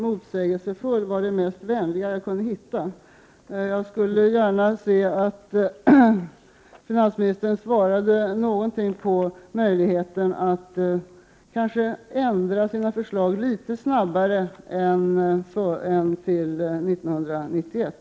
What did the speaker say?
Motsägelsefullt var det mest vänliga jag kunde hitta. Jag skulle gärna se att finansministern svarade någonting om möjligheten att ändra förslagen litet snabbare än till 1991.